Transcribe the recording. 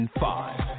five